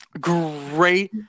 Great